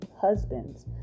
husbands